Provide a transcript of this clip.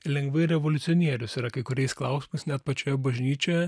lengvai revoliucionierius yra kai kuriais klausimais net pačioje bažnyčioje